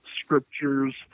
Scriptures